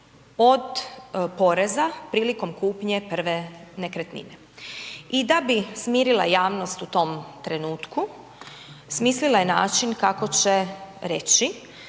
od poreza prilikom kupnje prve nekretnine. I da bi smirila javnost u tom trenutku, smislila je način kako će reći